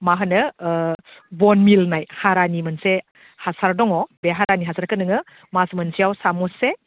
मा होनो बनमिल होननाय हारानि मोनसे हासार दङ बे हारानि हासारखौ नोङो मास मोनसेयाव सामससे